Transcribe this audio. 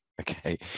okay